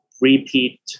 repeat